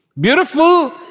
Beautiful